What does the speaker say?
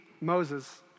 Moses